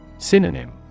Synonym